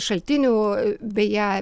šaltinių beje